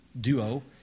duo